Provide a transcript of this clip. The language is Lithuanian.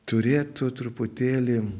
turėtų truputėlį